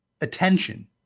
attention